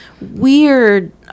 weird